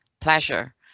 pleasure